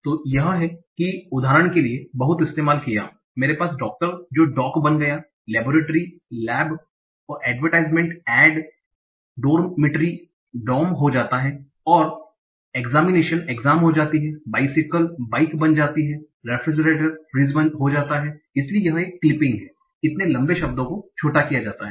तो यह है कि संदर्भ समय 2113 उदाहरण के लिए बहुत इस्तेमाल किया मैंरे पास डॉक्टर जो doc बन गया लेबोरेट्री laboratory प्रयोगशाला लेब और advertisement विज्ञापन add हो जाता है डोरमीटरी dormitory छात्रावास dorm हो जाता है और एकसांमिनेशन examination परीक्षा exam हो जाती है बाइसिकल bicycle साइकिल बाइक बन जाती है और रेफ्रीज्रेटोर refrigerator फ्रिज फ्रिज हो जाता है इसलिए यह क्लिपिंग है इतने लंबे शब्दों को छोटा किया जाता है